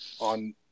on